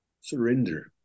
surrender